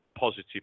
positive